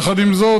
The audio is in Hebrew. עם זאת,